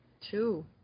Two